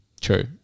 True